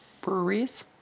breweries